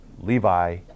Levi